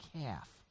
calf